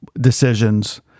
decisions